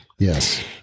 Yes